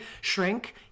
shrink